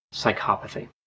psychopathy